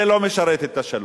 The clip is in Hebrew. זה לא משרת את השלום.